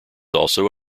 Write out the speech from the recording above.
also